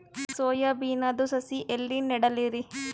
Soya ಬಿನದು ಸಸಿ ಎಲ್ಲಿ ನೆಡಲಿರಿ?